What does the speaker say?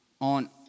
on